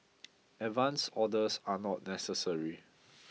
advance orders are not necessary